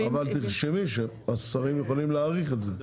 אבל תרשמי שהשרים יכולים להאירך את זה.